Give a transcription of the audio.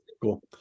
Cool